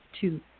two